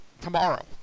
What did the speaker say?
Tomorrow